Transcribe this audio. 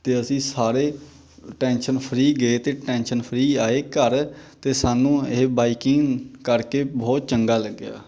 ਅਤੇ ਅਸੀਂ ਸਾਰੇ ਟੈਨਸ਼ਨ ਫਰੀ ਗਏ ਅਤੇ ਟੈਂਸ਼ਨ ਫਰੀ ਆਏ ਘਰ ਅਤੇ ਸਾਨੂੰ ਇਹ ਬਾਈਕਿੰਗ ਕਰਕੇ ਬਹੁਤ ਚੰਗਾ ਲੱਗਿਆ